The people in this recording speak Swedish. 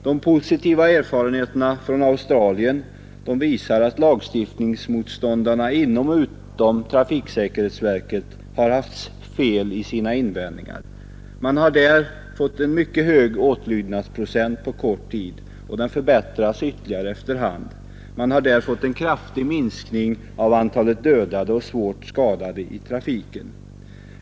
De positiva erfarenheterna från Australien visar att lagstiftningsmotståndarna inom och utom trafiksäkerhetsverket har haft fel i sina invändningar. Man har där fått en mycket hög åtlydnadsprocent på kort tid, och åtlydnaden förbättras ytterligare efter hand. Man har fått en kraftig minskning av antalet dödade och svårt skadade i trafiken.